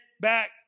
back